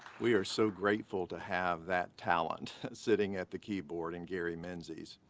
we are so grateful to have that talent sitting at the keyboard in gary menzies.